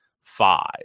five